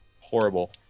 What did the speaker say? horrible